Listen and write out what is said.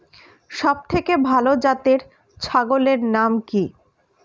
সবথেকে ভালো জাতের ছাগলের নাম কি?